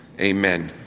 amen